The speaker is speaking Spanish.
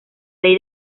ley